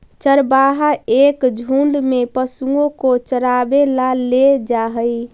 चरवाहा एक झुंड में पशुओं को चरावे ला ले जा हई